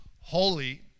holy